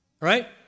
Right